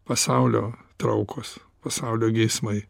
pasaulio traukos pasaulio geismai